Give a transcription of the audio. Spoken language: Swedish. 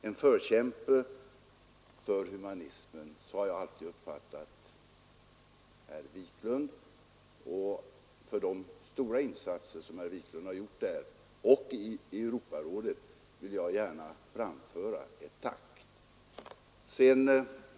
Jag har alltid uppfattat herr Wiklund som en förkämpe för humanismen. För de stora insatser han därvidlag och i Europarådet har gjort vill jag gärna framföra mitt tack.